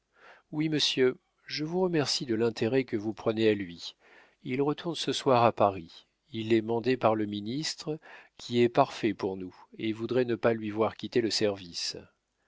oui monsieur je vous remercie de l'intérêt que vous prenez à lui il retourne ce soir à paris il est mandé par le ministre qui est parfait pour nous et voudrait ne pas lui voir quitter le service